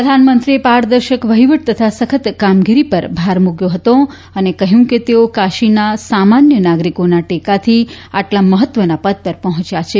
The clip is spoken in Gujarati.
પ્રધાનમંત્રીએ પારદર્શક વહીવટ તથા સપ્ન કામગીરી પર ભાર મૂક્યો હતો અને કહ્યું કે તેઓ કાશીના સામાન્ય નાગરિકોના ટેકાથી આટલા મહત્વના પદ પર પહોંચ્યા છે